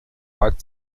bad